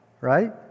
right